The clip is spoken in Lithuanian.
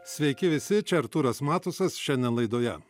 sveiki visi čia artūras matusas šiandien laidoje